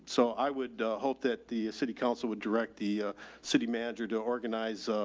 so i would hope that the city council would direct the city manager to organize, ah,